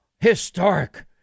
historic